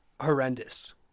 horrendous